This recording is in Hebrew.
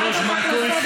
אני מבקשת ממך,